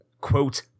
quote